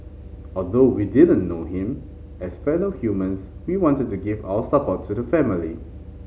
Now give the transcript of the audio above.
although we didn't know him as fellow humans we wanted to give our support to the family